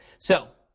so